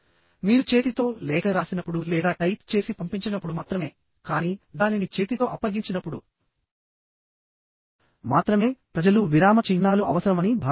మీరు చేతితో లేఖ రాసినప్పుడు లేదా టైప్ చేసి పంపించనప్పుడు మాత్రమే కానీ దానిని చేతితో అప్పగించినప్పుడు మాత్రమే ప్రజలు విరామ చిహ్నాలు అవసరమని భావిస్తారు